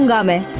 and summoned